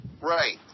Right